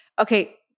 Okay